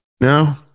No